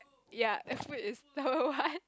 ya that food is so what